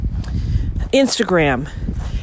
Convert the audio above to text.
Instagram